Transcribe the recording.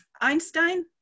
Einstein